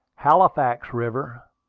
halifax river,